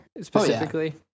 specifically